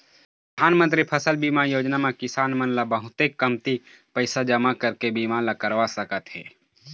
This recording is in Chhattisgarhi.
परधानमंतरी फसल बीमा योजना म किसान मन ल बहुते कमती पइसा जमा करके बीमा ल करवा सकत हे